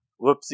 whoopsie